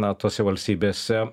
na tose valstybėse